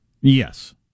Yes